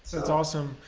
that's awesome.